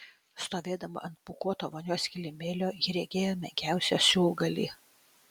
stovėdama ant pūkuoto vonios kilimėlio ji regėjo menkiausią siūlgalį